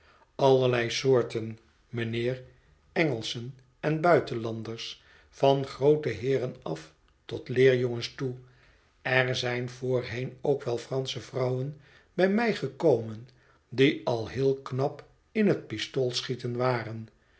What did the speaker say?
allerlei soorten mijnheer engelschen en buitenlanders van groote heeren af tot leerjongens toe er zijn voorheen ook welfransche vrouwen bij mij gekomen die al heel knap in het pistoolschieten waren